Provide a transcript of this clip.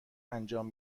انجام